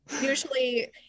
Usually